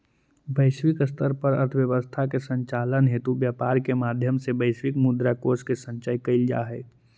वैश्विक स्तर पर अर्थव्यवस्था के संचालन हेतु व्यापार के माध्यम से वैश्विक मुद्रा कोष के संचय कैल जा हइ